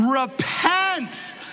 Repent